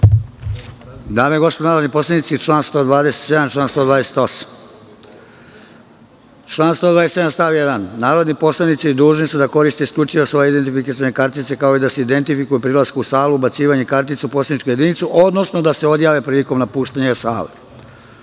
Dame i gospodo narodni poslanici, čl. 127. i 128.Član 127. stav 1: "Narodni poslanici dužni su da koriste isključivo svoje identifikacione kartice kao i da se identifikuju pri ulasku u salu ubacivanjem kartice u poslaničku jedinicu, odnosno da se odjave prilikom napuštanja